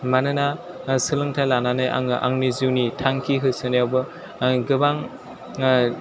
मानोना सोलोंथाइ लानानै आङो आंनि जिउनि थांखि होसोनायावबो गोबां